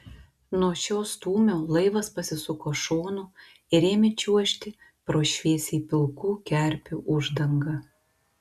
nuo šio stūmio laivas pasisuko šonu ir ėmė čiuožti pro šviesiai pilkų kerpių uždangą